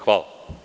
Hvala.